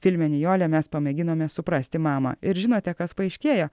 filme nijolė mes pamėginome suprasti mamą ir žinote kas paaiškėjo